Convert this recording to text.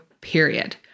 period